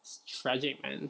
it's tragic man